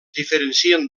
diferencien